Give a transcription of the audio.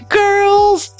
girls